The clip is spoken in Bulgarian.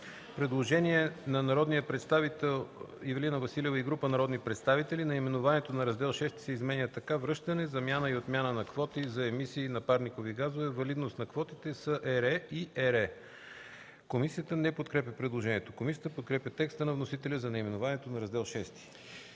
Предложение на народния представител Ивелина Василева и група народни представители: „Наименованието на Раздел VІ се изменя така: „Връщане, замяна и отмяна на квоти за емисии на парникови газове. Валидност на квотите, СЕРЕ И ЕРЕ”.” Комисията не подкрепя предложението. Комисията подкрепя текста на вносителя за наименованието на Раздел VІ.